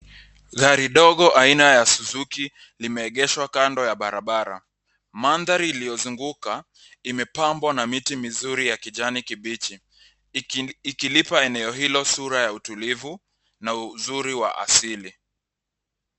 Gari dogo aina ya suzuki limeegeshwa kando ya barabara. Mandhari iliyozunguka, imepambwa na miti mizuri ya kijani kibichi, ikilipa eneo hilo sura ya utulivu na uzuri wa asili.